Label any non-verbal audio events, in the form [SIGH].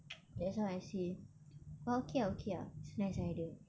[NOISE] that's why I say but okay ah okay ah it's a nice idea